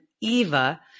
Eva